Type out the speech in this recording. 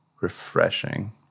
refreshing